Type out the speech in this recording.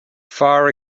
far